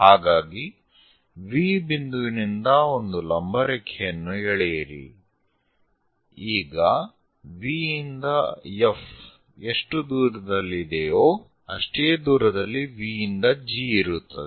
ಹಾಗಾಗಿ V ಬಿಂದುವಿನಿಂದ ಒಂದು ಲಂಬ ರೇಖೆಯನ್ನು ಎಳೆಯಿರಿ ಈಗ V ಯಿಂದ F ಎಷ್ಟು ದೂರದಲ್ಲಿ ಇದೆಯೋ ಅಷ್ಟೇ ದೂರದಲ್ಲಿ V ಯಿಂದ G ಇರುತ್ತದೆ